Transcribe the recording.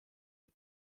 die